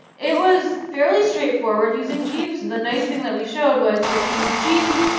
it was fairly straightforward using jeeves. and the nice thing that we showed was if you use jeeves,